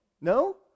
No